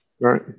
Right